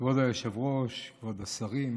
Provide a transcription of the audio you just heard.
כבוד היושב-ראש, כבוד השרים,